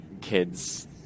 kids